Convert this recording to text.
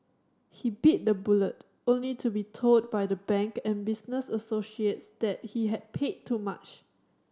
he bit the bullet only to be told by the bank and business associates that he had paid too much